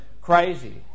crazy